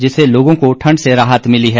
जिससे लोगों को ठंड से राहत मिली है